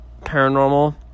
paranormal